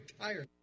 tired